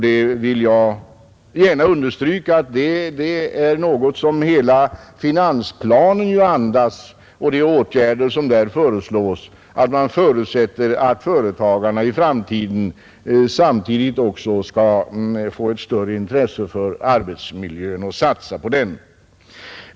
Det är något som hela finansplanen andas och de åtgärder som där föreslås, att man förutsätter att företagarna i framtiden samtidigt också skall få större intresse för arbetsmiljön och satsa på den.